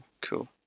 cool